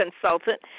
consultant